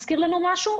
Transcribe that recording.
מזכיר לנו משהו?